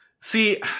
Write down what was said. See